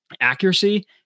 accuracy